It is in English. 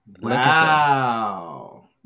wow